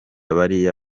bariya